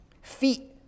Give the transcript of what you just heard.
feet